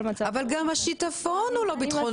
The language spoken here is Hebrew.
גם השיטפון הוא לא ביטחוני.